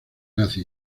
nazi